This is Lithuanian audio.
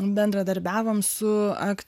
bendradarbiavome su ak